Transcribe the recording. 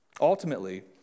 Ultimately